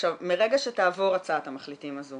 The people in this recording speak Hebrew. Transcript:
מרגע שתעבור הצעת המחליטים הזו